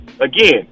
Again